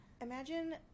Imagine